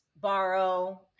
borrow